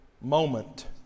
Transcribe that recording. moment